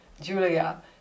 Julia